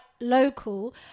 local